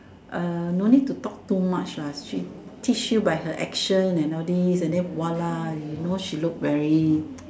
uh no need to talk too much lah she teach you by her action and all these and then voila you know she look very